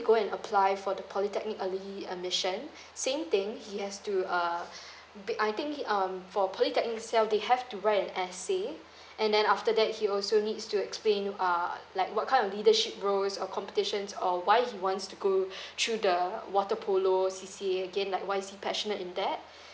go and apply for the polytechnic early admission same thing he has to uh bi~ I think um for polytechnic itself they have to write an essay and then after that he also needs to explain uh like what kind of leadership roles or competitions or why he wants to go through the water polo C_C_A again like why he's passionate in that